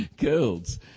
girls